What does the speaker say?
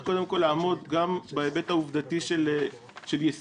קודם כול לעמוד גם בהיבט העובדתי של ישימות,